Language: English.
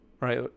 right